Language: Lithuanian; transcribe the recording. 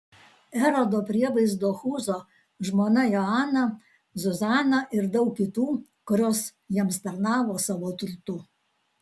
erodo prievaizdo chūzo žmona joana zuzana ir daug kitų kurios jiems tarnavo savo turtu